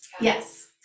Yes